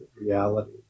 reality